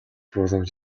боломж